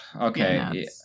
Okay